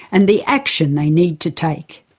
and the action they need to take.